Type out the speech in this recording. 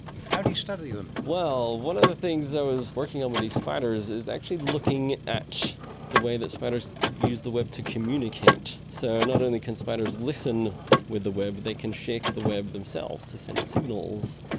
how do you study them? well, one of the things i was working on with these spiders is actually looking at the way that spiders use the web to communicate. so not only can spiders listen with the web, they can shake the web themselves to send signals,